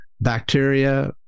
Bacteria